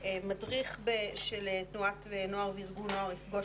מדריך של תנועת נוער וארגון נוער יפגוש